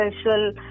special